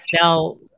Now